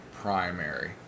primary